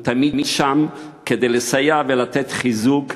הוא תמיד שם כדי לסייע ולתת חיזוק